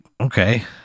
Okay